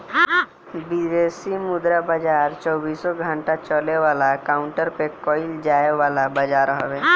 विदेशी मुद्रा बाजार चौबीसो घंटा चले वाला काउंटर पे कईल जाए वाला बाजार हवे